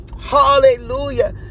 Hallelujah